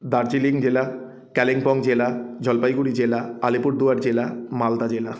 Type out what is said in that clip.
দার্জিলিং জেলা কালিম্পং জেলা জলপাইগুড়ি জেলা আলিপুরদুয়ার জেলা মালদা জেলা